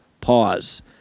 pause